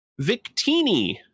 Victini